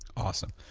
awesome,